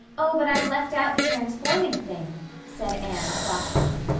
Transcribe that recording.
oh, but i've left out the transforming thing, said anne softly.